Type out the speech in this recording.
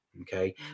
Okay